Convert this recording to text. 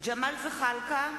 ג'מאל זחאלקה,